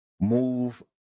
move